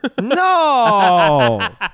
no